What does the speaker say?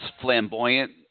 flamboyant